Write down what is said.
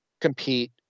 compete